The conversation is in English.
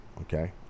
Okay